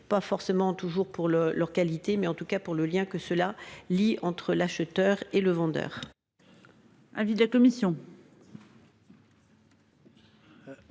pas forcément toujours pour le leur qualité mais en tout cas pour le lien que cela. Entre l'acheteur et le vendeur.